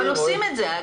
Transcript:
אבל היום עושים את זה.